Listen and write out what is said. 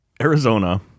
Arizona